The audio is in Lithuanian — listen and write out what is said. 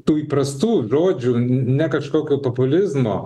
tų įprastų žodžių ne kažkokio populizmo